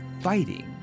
fighting